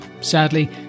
Sadly